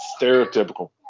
stereotypical